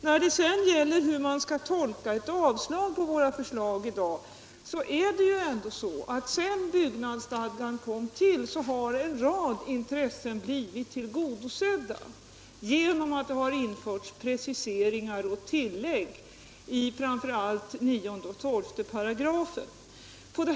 När det sedan gäller hur man skall tolka ett avslag på våra förslag i dag är det ändå så, att sedan byggnadsstadgan kommit till har en rad intressen blivit tillgodosedda genom att det införts preciseringar och tilllägg i framför allt 9 och 12 §§.